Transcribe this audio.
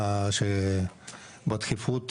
בדחיפות,